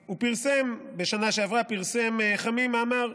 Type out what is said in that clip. בשנה שעברה פרסם חמי מאמר: